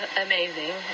amazing